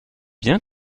bien